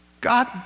God